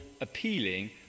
appealing